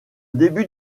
début